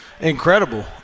incredible